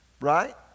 Right